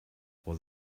was